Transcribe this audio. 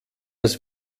das